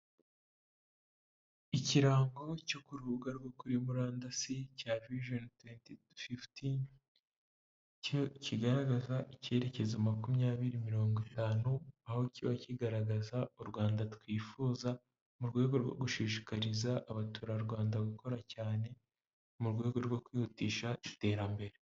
Ikirango cyo ku rubuga rwo kuri murandasi cya vijoni tuwenti fifuti cyo kigaragaza icyerekezo makumyabiri mirongo itanu, aho kiba kigaragaza u Rwanda twifuza mu rwego rwo gushishikariza abaturarwanda gukora cyane mu rwego rwo kwihutisha iterambere.